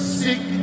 sick